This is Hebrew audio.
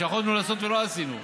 שיכולנו לעשות ולא עשינו.